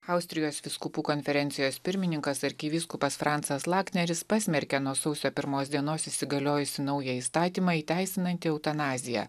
austrijos vyskupų konferencijos pirmininkas arkivyskupas francas lakneris pasmerkė nuo sausio pirmos dienos įsigaliojusį naują įstatymą įteisinantį eutanaziją